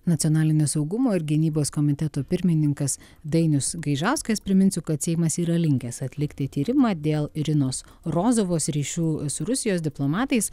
nacionalinio saugumo ir gynybos komiteto pirmininkas dainius gaižauskas priminsiu kad seimas yra linkęs atlikti tyrimą dėl irinos rozovos ryšių su rusijos diplomatais